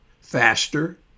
faster